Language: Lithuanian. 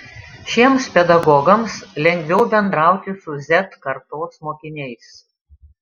šiems pedagogams lengviau bendrauti su z kartos mokiniais